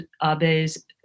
Abe's